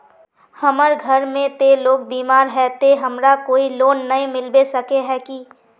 हमर घर में ते लोग बीमार है ते हमरा कोई लोन नय मिलबे सके है की?